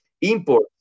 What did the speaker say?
import